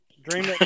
Dream